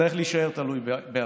שיצטרך להישאר תלוי באביו.